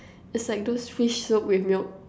it's like those fish soup with milk